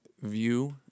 view